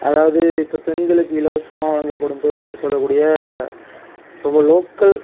அதாவது இப்போ பெண்களுக்கு இலவசமாக வழங்கப்படும் பேருந்துன்னு சொல்லக்கூடிய நம்ப லோக்கல்